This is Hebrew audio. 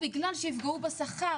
שיפגעו בשכר.